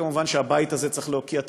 מובן שהבית הזה צריך להוקיע את